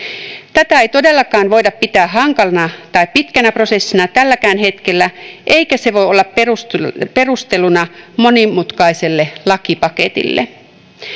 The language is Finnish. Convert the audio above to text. tätä ei todellakaan voida pitää hankalana tai pitkänä prosessina tälläkään hetkellä eikä se voi olla perusteluna monimutkaiselle lakipaketille